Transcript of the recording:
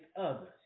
others